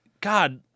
God